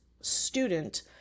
student